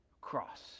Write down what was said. Cross